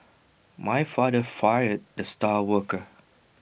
my father fired the star worker